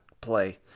play